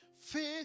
Faith